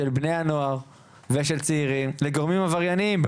של בני הנוער ושל צעירים לגורמים עברייניים,